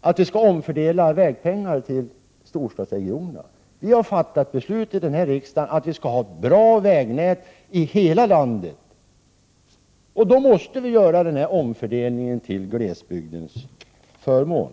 att vi skall omfördela vägpengarna till storstadsregionerna. Vi har fattat ett beslut i denna riksdag om att vi skall ha bra vägnät i hela landet. Då måste vi göra denna omfördelning till glesbygdens förmån.